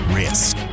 risk